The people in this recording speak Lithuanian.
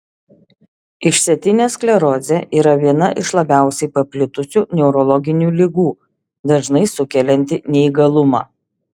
išsėtinė sklerozė yra viena iš labiausiai paplitusių neurologinių ligų dažnai sukelianti neįgalumą